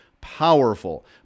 powerful